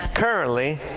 Currently